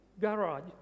garage